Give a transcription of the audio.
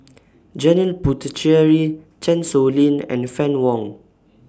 Janil Puthucheary Chan Sow Lin and Fann Wong